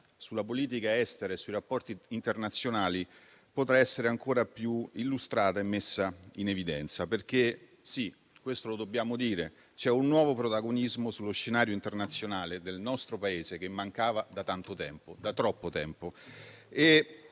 sulla politica estera e sui rapporti internazionali potrà essere ancora più illustrata e messa in evidenza, perché - si, questo lo dobbiamo dire - c'è un nuovo protagonismo sullo scenario internazionale del nostro Paese, che mancava da tanto, troppo tempo.